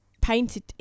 painted